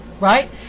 Right